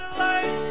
life